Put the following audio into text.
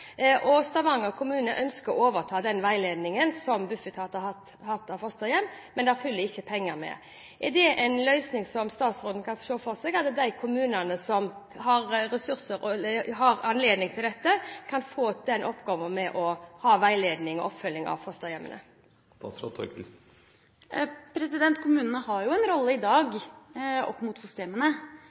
ned. Stavanger kommune må overta den veiledningen som Bufetat har hatt av fosterhjem, men det følger ikke penger med. Er det en løsning som statsråden kan se for seg, at de kommunene som har ressurser og anledning til dette, kan få oppgaven med å ha veiledning og oppfølging av fosterhjemmene? Kommunene har jo en rolle i dag opp mot fosterhjemmene, men opplæringa gjennom PRIDE-programmene er det stort sett det statlige barnevernet som står for.